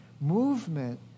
movement